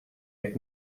jekk